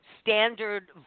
standard